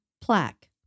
plaque